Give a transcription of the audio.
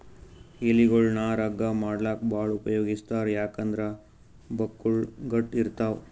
ಎಲಿಗೊಳ್ ನಾರ್ ಹಗ್ಗಾ ಮಾಡ್ಲಾಕ್ಕ್ ಭಾಳ್ ಉಪಯೋಗಿಸ್ತಾರ್ ಯಾಕಂದ್ರ್ ಬಕ್ಕುಳ್ ಗಟ್ಟ್ ಇರ್ತವ್